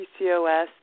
PCOS